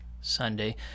Sunday